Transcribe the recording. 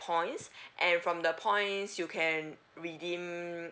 points and from the points you can redeem